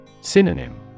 Synonym